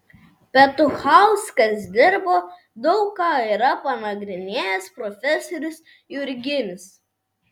petuchauskas dirbo daug ką yra panagrinėjęs profesorius jurginis